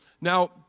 Now